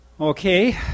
Okay